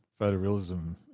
photorealism